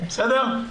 בסדר?